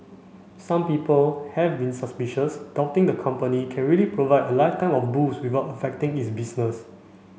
some people have been suspicious doubting the company can really provide a lifetime of booze without affecting its business